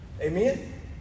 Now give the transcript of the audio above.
Amen